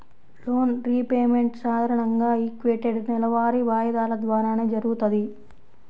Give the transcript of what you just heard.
loan repayment సాధారణంగా equated నెలవారీ వాయిదాల ద్వారానే జరుగుతది